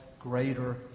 greater